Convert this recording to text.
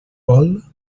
vol